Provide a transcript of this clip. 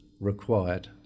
required